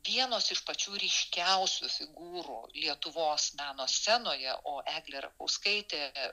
vienos iš pačių ryškiausių figūrų lietuvos meno scenoje o eglė rakauskaitė